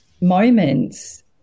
moments